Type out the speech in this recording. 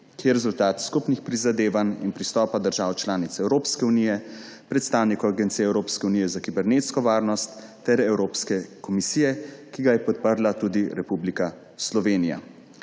ki je rezultat skupnih prizadevanj in pristopa držav članic Evropske unije, predstavnikov agencije Evropske unije za kibernetsko varnost ter Evropske komisije, ki ga je podprla tudi Republika Slovenija.